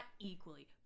equally